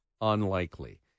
unlikely